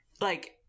Like-